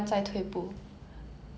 买什么